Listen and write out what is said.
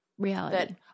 Reality